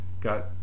got